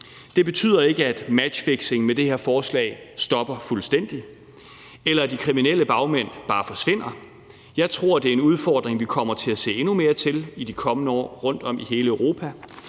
Det betyder ikke, at matchfixing med det her forslag stopper fuldstændig, eller at de kriminelle bagmænd bare forsvinder. Jeg tror, det er en udfordring, vi kommer til at se endnu mere til i de kommende år rundtom i hele Europa,